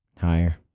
Higher